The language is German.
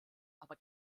aber